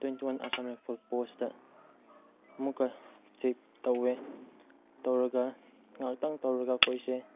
twenty one Assam rifle post ꯑꯃꯨꯛꯀ check ꯇꯧꯋꯦ ꯇꯧꯔꯒ ꯉꯥꯛꯇꯪ ꯇꯧꯔꯒ ꯑꯩꯈꯣꯏꯁꯦ